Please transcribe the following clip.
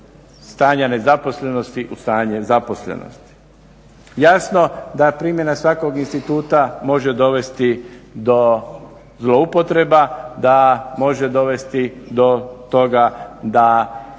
stanja nezaposlenosti u stanje zaposlenosti. Jasno da primjena svakog instituta može dovesti do zloupotreba, da može dovesti do toga da